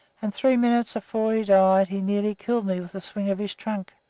and three minutes before he died he nearly killed me with a swing of his trunk.